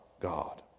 God